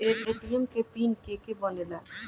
ATM के pin के के बनेला?